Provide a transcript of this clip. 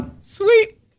Sweet